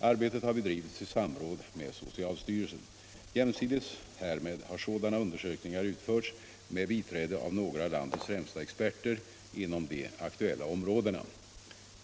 Arbetet har bedrivits i samråd med socialstyrelsen. Jämsides härmed har sådana undersökningar utförts med biträde av några av landets främsta experter inom de aktuella områdena.